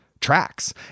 tracks